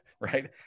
right